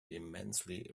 immensely